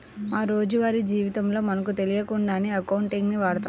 మా రోజువారీ జీవితంలో మనకు తెలియకుండానే అకౌంటింగ్ ని వాడతాం